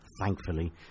thankfully